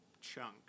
chunk